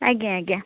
ଆଜ୍ଞା ଆଜ୍ଞା